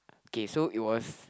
okay so it was